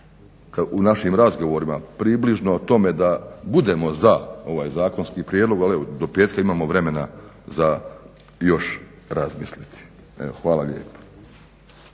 u našim razgovorima približno o tome da budemo za ovaj zakonski prijedlog ali evo do petka imamo vremena za još razmisliti. Hvala lijepo.